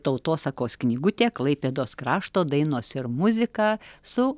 tautosakos knygutė klaipėdos krašto dainos ir muzika su